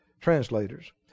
translators